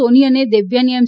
સોની અને દેવ્યાની એમ